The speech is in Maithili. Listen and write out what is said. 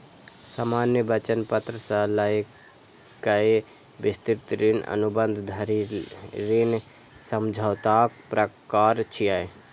सामान्य वचन पत्र सं लए कए विस्तृत ऋण अनुबंध धरि ऋण समझौताक प्रकार छियै